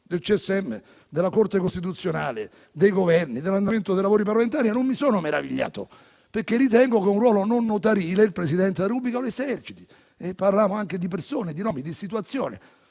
della Corte costituzionale, dei Governi, dell'andamento dei lavori parlamentari - non mi sono meravigliato, perché ritengo che un ruolo non notarile il Presidente della Repubblica lo eserciti. Parlammo anche di persone, di nomi e di situazioni